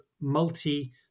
multi